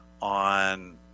on